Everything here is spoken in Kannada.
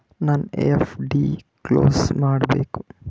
ನನ್ನ ಎಫ್.ಡಿ ಕ್ಲೋಸ್ ಮಾಡಬೇಕು